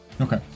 okay